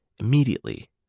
Immediately